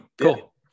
Cool